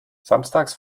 samstags